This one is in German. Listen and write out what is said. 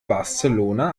barcelona